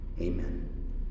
Amen